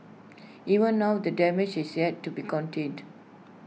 even now the damage has yet to be contained